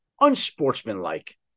unsportsmanlike